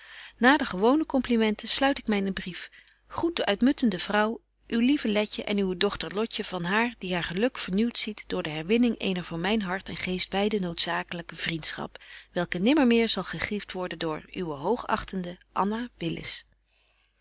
na de gewone complimenten sluit ik mynen brief groet de uitmuntende vrouw uw lieve letje en uwe dochter lotje van haar die haar geluk vernieuwt ziet door de herwinning eener voor myn hart en geest beide noodzakelyke vriendschap welke nimmermeer zal gegrieft worden door uwe